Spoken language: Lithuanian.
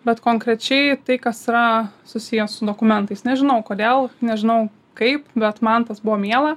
bet konkrečiai tai kas yra susiję su dokumentais nežinau kodėl nežinau kaip bet man tas buvo miela